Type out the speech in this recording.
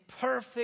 perfect